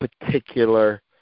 particular